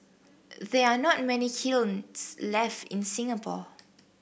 there are not many kilns left in Singapore